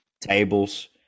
tables